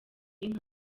inka